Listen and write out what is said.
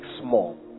small